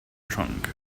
trunk